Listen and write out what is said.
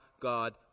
God